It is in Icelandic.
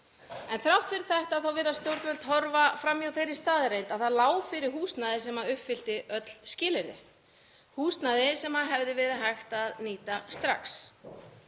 En þrátt fyrir þetta þá virðast stjórnvöld horfa fram hjá þeirri staðreynd að það lá fyrir húsnæði sem uppfyllti öll skilyrði, húsnæði sem hefði verið hægt að nýta strax.